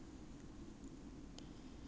一个月一百八十 ah